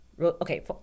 Okay